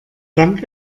dank